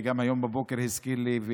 וגם היום הוא הזכיר לי: